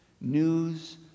news